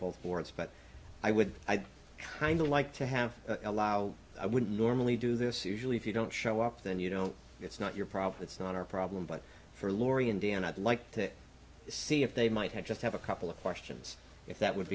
both or it's but i would kind of like to have allow i would normally do this usually if you don't show up then you know it's not your problem it's not our problem but for laurie and dan i'd like to see if they might have just have a couple of questions if that would